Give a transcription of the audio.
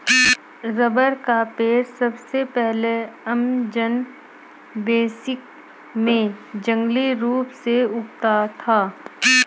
rubber का पेड़ सबसे पहले अमेज़न बेसिन में जंगली रूप से उगता था